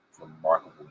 remarkable